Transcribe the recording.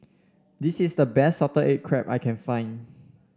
this is the best Salted Egg Crab I can find